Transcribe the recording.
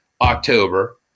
October